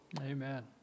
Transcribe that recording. Amen